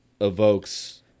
evokes